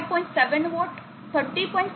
7 vote 30